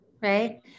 Right